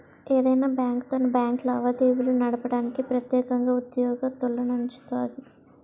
ఏదైనా బ్యాంకు తన బ్యాంకు లావాదేవీలు నడపడానికి ప్రెత్యేకంగా ఉద్యోగత్తులనుంచుతాది